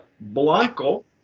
Blanco